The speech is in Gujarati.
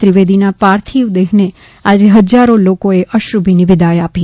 ત્રિવેદીના પાર્થિવ દેહને આજે હજારો લોકોએ અશ્રુભીની વિદાય આપી